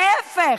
להפך.